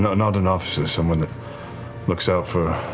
not an not an officer, someone that looks out for